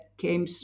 came